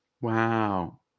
Wow